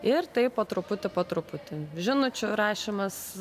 ir taip po truputį po truputį žinučių rašymas